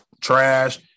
trash